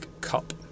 Cup